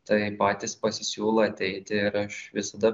tai patys pasisiūlo ateiti ir aš visada